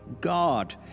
God